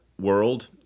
world